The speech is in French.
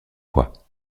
fois